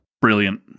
Brilliant